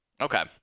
Okay